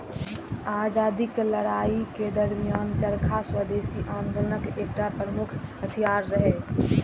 आजादीक लड़ाइ के दरमियान चरखा स्वदेशी आंदोलनक एकटा प्रमुख हथियार रहै